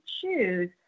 choose